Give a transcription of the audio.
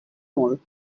molt